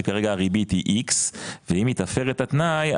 שכרגע הריבית היא איקס ואם היא תפר את תנאי,